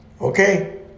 okay